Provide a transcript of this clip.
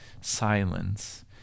silence